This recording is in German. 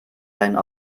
lang